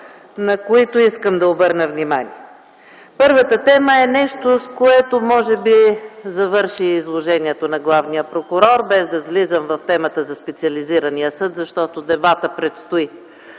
на които искам да обърна внимание. Първата тема е нещо, с което завърши изложението на главния прокурор, без да влизам в темата за специализирания съд, защото дебатът предстои,